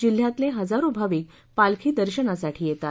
जिल्ह्यातले हजारो भाविक पालखी दर्शनासाठी येतात